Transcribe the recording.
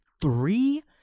three